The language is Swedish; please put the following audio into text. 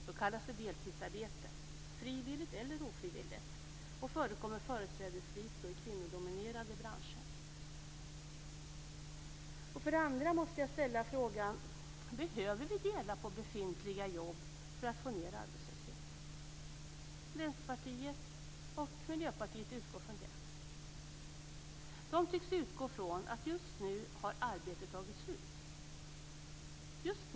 Då kallas det deltidsarbete, frivilligt eller ofrivilligt, och förekommer företrädesvis i kvinnodominerade branscher. Sedan måste jag ställa frågan: Behöver vi dela på befintliga jobb för att få ned arbetslösheten? Vänsterpartiet och Miljöpartiet utgår från det. De tycks utgå ifrån att just nu har arbetet tagit slut.